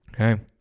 Okay